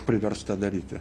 privers tą daryti